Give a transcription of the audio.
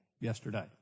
yesterday